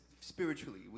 spiritually